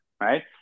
right